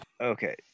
Okay